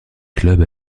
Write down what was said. clubs